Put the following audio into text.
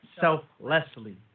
selflessly